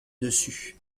dessus